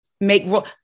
make